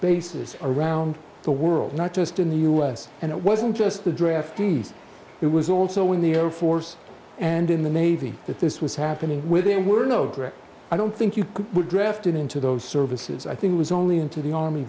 bases around the world not just in the us and it wasn't just the draftees it was also in the air force and in the navy that this was happening where there were no direct i don't think you were drafted into those services i think it was only into the army